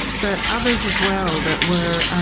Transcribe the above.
but others as well that were